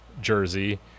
jersey